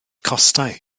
costau